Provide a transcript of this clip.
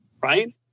right